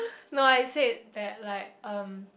no I said that like um